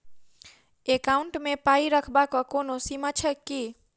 Account मे पाई रखबाक कोनो सीमा छैक की?